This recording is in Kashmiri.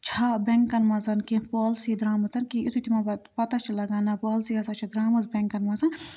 چھا بٮ۪نٛکَن منٛزَن کیٚنٛہہ پالسی درٛامٕژَن کیٚنٛہہ یُتھُے تِمَن پَتہٕ پَتاہ چھِ لَگان نہ پالسی ہَسا چھِ درٛامٕژ بٮ۪نٛکَن منٛز